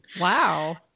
Wow